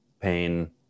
pain